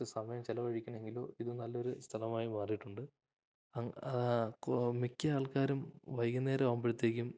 സമയം ചെലവഴിക്കണമെങ്കിലോ ഇത് നല്ലൊരു സ്ഥലമായി മാറിയിട്ടുണ്ട് അങ്ങ് മിക്ക ആൾക്കാരും വൈകുന്നേരമാവുമ്പോഴത്തേക്കും